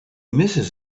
misses